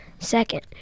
Second